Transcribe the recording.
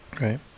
Right